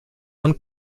und